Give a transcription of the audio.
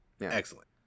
Excellent